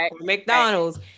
McDonald's